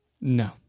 No